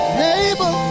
neighbor